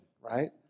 right